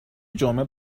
جمعه